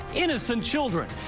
innocent children.